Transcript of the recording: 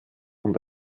und